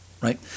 right